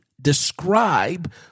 describe